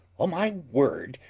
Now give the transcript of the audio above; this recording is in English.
o' my word,